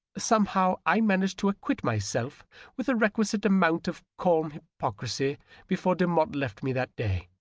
somehow i managed to acquit myself with the requisite amount of calm hypocrisy before demotte left me that day.